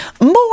more